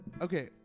Okay